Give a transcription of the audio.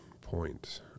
point